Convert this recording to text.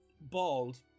bald